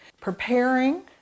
preparing